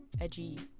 edgy